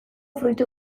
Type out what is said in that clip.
fruitu